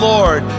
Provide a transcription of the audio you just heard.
Lord